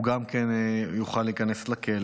הוא גם כן יוכל להיכנס לכלא,